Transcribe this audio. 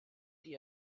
die